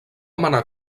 manar